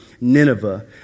Nineveh